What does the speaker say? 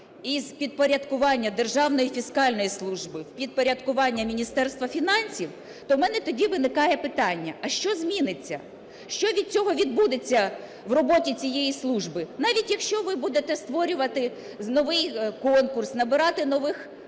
із підпорядкування Державної фіскальної служби в підпорядкування Міністерства фінансів, то у мене виникає питання: а що зміниться, що від цього відбудеться в роботі цієї служби. Навіть, якщо ви будете створювати новий конкурс, набирати нових…